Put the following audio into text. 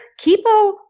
Kipo